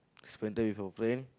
spend time with your friend